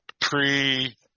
pre-